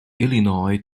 illinois